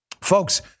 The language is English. Folks